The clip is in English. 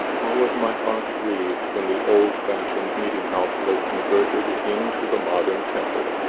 was my heart grieved when the old-fashioned meeting-house was converted into the modern temple!